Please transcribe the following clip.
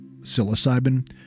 psilocybin